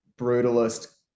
brutalist